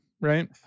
right